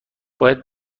باید